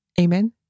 Amen